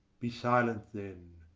be silent, then,